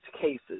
cases